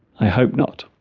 i hope not